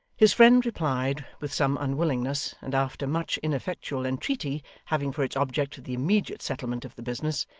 his friend replied with some unwillingness, and after much ineffectual entreaty having for its object the immediate settlement of the business,